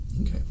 Okay